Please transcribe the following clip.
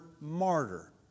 martyr